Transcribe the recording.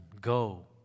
go